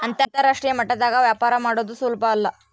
ಅಂತರಾಷ್ಟ್ರೀಯ ಮಟ್ಟದಾಗ ವ್ಯಾಪಾರ ಮಾಡದು ಸುಲುಬಲ್ಲ